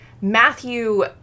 Matthew